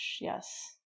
yes